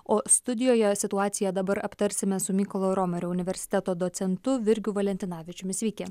o studijoje situaciją dabar aptarsime su mykolo romerio universiteto docentu virgiu valentinavičiumi sveiki